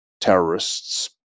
terrorists